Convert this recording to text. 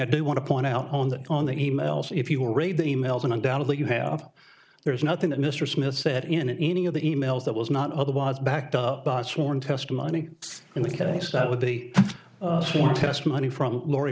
do want to point out on that on the emails if you will read the emails and undoubtedly you have there is nothing that mr smith said in any of the e mails that was not otherwise backed up by sworn testimony in the case that would be sworn testimony from laurie